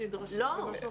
לא.